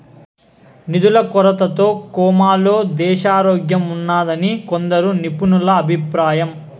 నిధుల కొరతతో కోమాలో దేశారోగ్యంఉన్నాదని కొందరు నిపుణుల అభిప్రాయం